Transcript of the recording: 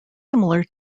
similar